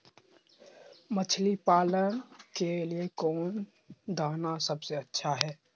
मछली पालन के लिए कौन दाना सबसे अच्छा है?